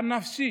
הנפשי,